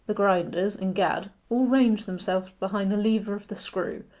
the grinders, and gad, all ranged themselves behind the lever of the screw,